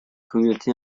communauté